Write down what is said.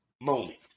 moment